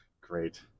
great